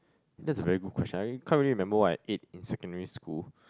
that's a very good question I can't really remember what I ate in secondary school